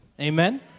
Amen